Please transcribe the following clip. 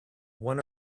one